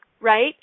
right